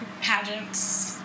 pageants